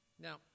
Now